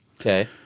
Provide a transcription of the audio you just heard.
Okay